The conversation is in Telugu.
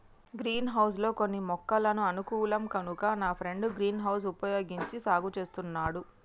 గ్రీన్ హౌస్ లో కొన్ని మొక్కలకు అనుకూలం కనుక నా ఫ్రెండు గ్రీన్ హౌస్ వుపయోగించి సాగు చేస్తున్నాడు